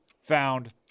found